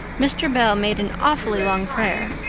mr. bell made an awfully long prayer.